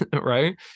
right